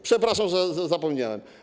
Przepraszam, że zapomniałem.